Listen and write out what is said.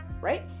right